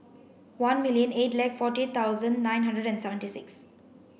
one million eight lakh forty eight thousand nine hundred and seventy six